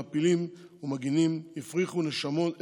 מעפילים ומגינים הפריחו נשמות"